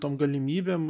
tom galimybėm